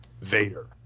Vader